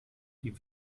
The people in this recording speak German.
die